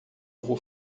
ovo